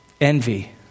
envy